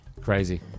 Crazy